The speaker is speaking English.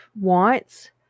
wants